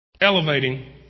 Elevating